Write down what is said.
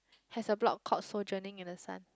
has a blog called sojourning in the sun